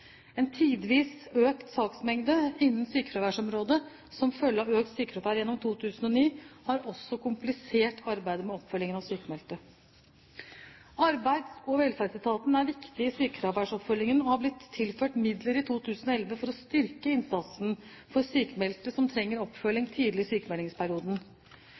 2009 har også komplisert arbeidet med oppfølgingen av sykmeldte. Arbeids- og velferdsetaten er viktig i sykefraværsoppfølgingen og har blitt tilført midler i 2011 for å styrke innsatsen for sykmeldte som trenger oppfølging tidlig i sykmeldingsperioden.